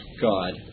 God